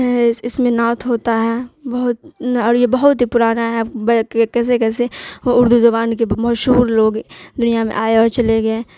اس اس میں نعت ہوتا ہے بہت اور یہ بہت ہی پرانا ہے کیسے کیسے اردو زبان کے مشہور لوگ دنیا میں آئے اور چلے گئے